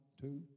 two